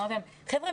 חבר'ה,